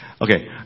Okay